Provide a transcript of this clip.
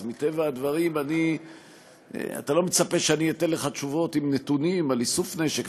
אז מטבע הדברים אתה לא מצפה שאני אתן לך תשובות עם נתונים על איסוף נשק,